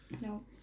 No